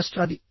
just అది